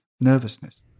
nervousness